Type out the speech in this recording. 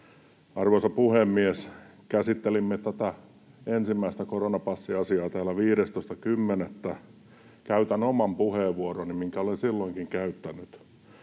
Arvoisa puhemies! Käsittelimme tätä ensimmäistä koronapassiasiaa täällä 15.10. Käytän oman puheenvuoroni, minkä olen silloinkin käyttänyt.